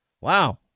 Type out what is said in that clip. Wow